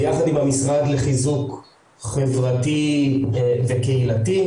ביחד עם המשרד לחיזוק חברתי וקהילתי.